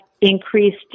increased